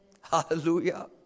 hallelujah